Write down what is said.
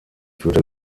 führte